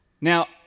Now